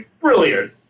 brilliant